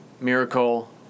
Miracle